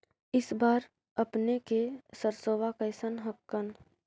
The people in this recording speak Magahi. इस बार अपने के सरसोबा कैसन हकन?